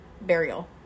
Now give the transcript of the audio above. burial